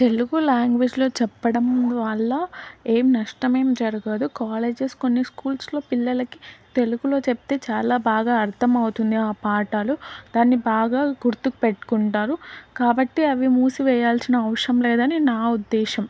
తెలుగు లాంగ్వేజ్లో చెప్పడం వల్ల ఏం నష్టమేం జరగదు కాలేజెస్ కొన్ని స్కూల్స్లో పిల్లలకి తెలుగులో చెప్తే చాలా బాగా అర్థంమవుతుంది ఆ పాఠాలు దాన్ని బాగా గుర్తుకు పెట్టుకుంటారు కాబట్టి అవి మూసి వేయాల్సిన అవసరం లేదని నా ఉద్దేశం